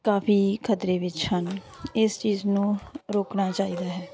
ਕਾਫ਼ੀ ਖ਼ਤਰੇ ਵਿੱਚ ਹਨ ਇਸ ਚੀਜ਼ ਨੂੰ ਰੋਕਣਾ ਚਾਹੀਦਾ ਹੈ